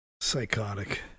Psychotic